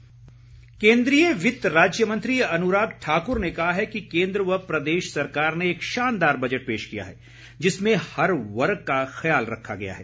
अन्राग ठाकूर केंद्रीय वित्त राज्य मंत्री अनुराग ठाकुर ने कहा है कि केंद्र व प्रदेश सरकार ने एक शानदार बजट पेश किया है जिसमें हर वर्ग का ख्याल रखा गया है